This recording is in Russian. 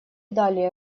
далее